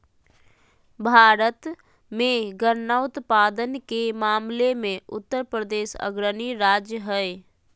भारत मे गन्ना उत्पादन के मामले मे उत्तरप्रदेश अग्रणी राज्य हय